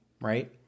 right